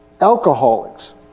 alcoholics